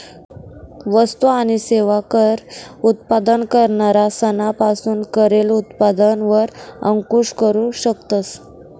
वस्तु आणि सेवा कर उत्पादन करणारा सना पासून करेल उत्पादन वर अंकूश करू शकतस